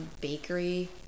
bakery